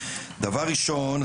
דבר ראשון,